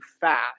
fast